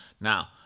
Now